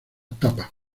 tapa